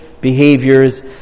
behaviors